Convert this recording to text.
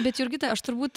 bet jurgita aš turbūt